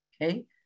Okay